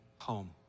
home